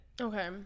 Okay